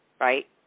right